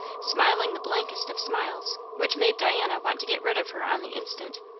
smiling the blankest of smiles, which made diana want to get rid of her on the instant.